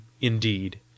indeed